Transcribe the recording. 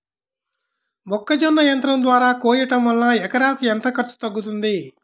మొక్కజొన్న యంత్రం ద్వారా కోయటం వలన ఎకరాకు ఎంత ఖర్చు తగ్గుతుంది?